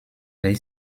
their